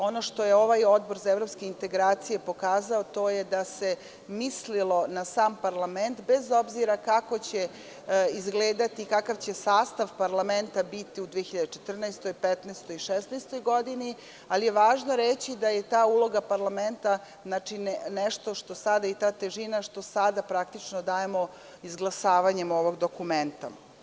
Ono što je ovaj odbor za evropske integracije pokazao jeste da se mislilo na sam parlament, bez obzira kakav će sastav parlament biti u 2014, 2015, 2016. godini, ali je važno reći da je ta uloga parlamenta nešto što sada dajemo izglasavanjem ovog dokumenta.